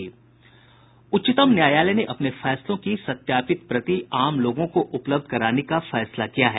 उच्चतम न्यायालय ने अपने फैसलों की सत्यापित प्रति आम लोगों को उपलब्ध कराने का फैसला किया है